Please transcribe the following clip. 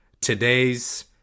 today's